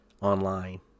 online